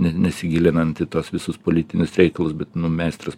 ne nesigilinant į tuos visus politinius reikalus bet nu meistras